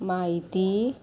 म्हायती